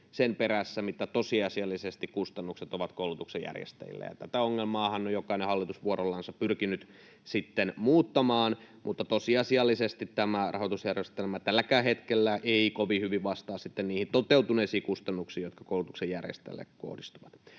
sen perässä, mitä tosiasiallisesti kustannukset ovat koulutuksen järjestäjille. Tätä ongelmaahan on jokainen hallitus vuorollansa pyrkinyt sitten muuttamaan, mutta tosiasiallisesti tämä rahoitusjärjestelmä tälläkään hetkellä ei kovin hyvin vastaa sitten niihin toteutuneisiin kustannuksiin, jotka koulutuksen järjestäjälle kohdistuvat.